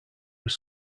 was